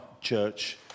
church